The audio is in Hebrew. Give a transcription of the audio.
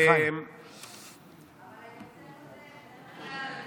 אבל היוצר הזה בדרך כלל מאריך.